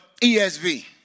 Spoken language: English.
ESV